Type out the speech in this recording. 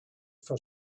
for